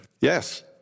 Yes